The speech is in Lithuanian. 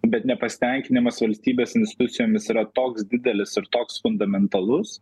bet nepasitenkinimas valstybės institucijomis yra toks didelis ir toks fundamentalus